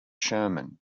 sherman